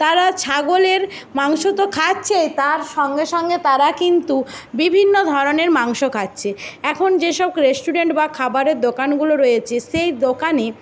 তারা ছাগলের মাংস তো খাচ্ছে তার সঙ্গে সঙ্গে তারা কিন্তু বিভিন্ন ধরনের মাংস খাচ্ছে এখন যে সব রেস্টুরেন্ট বা খাবারের দোকানগুলো রয়েছে সেই দোকানে